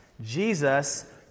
Jesus